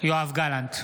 יואב גלנט,